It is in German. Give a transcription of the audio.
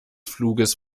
fluges